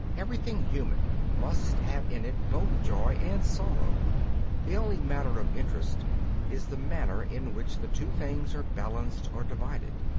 everything human must have in it both joy and sorrow the only matter of interest is the manner in which the two things are balanced or divided.